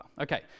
Okay